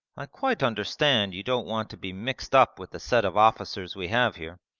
i quite understand you don't want to be mixed up with the set of officers we have here.